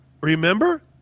Remember